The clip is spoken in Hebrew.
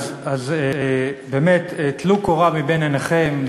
אז באמת, טלו קורה מבין עיניכם.